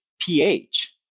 pH